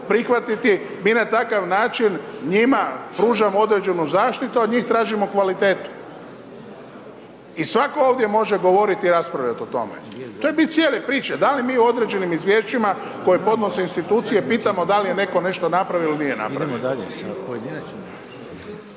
prihvatiti, mi na takav način njima pružamo određenu zaštitu a od njih tražimo kvalitetu. I svako ovdje može govoriti i raspravljati o tome. To je bit cijele priče, da li mi u određenim izvješćima koje podnose institucije pitamo da li je netko nešto napravio ili nije napravio.